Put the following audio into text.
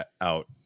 out